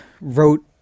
wrote